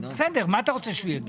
מה אתה רוצה שהוא יגיד?